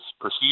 perceived